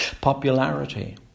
popularity